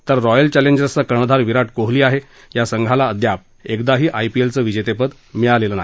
तर रॉयल चॅलेंजर्सचा कर्णधार विरा कोहली आहे या संघाला अद्याप एकदाही आयपीएलचं विजेतेपद मिळालेलं नाही